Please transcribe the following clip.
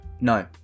No